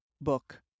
book